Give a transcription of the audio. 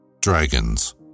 Dragons